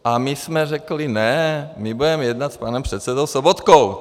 A my jsme řekli: Ne, my budeme jednat s panem předsedou Sobotkou.